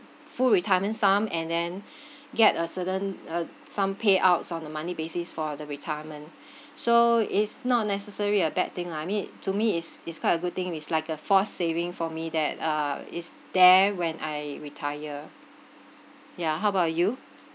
full retirement sum and then get a certain uh some payouts on a monthly basis for the retirement so is not necessary a bad thing lah I mean to me is is quite a good thing is like a force saving for me that uh is there when I retire yeah how about you